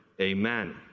Amen